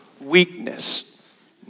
weakness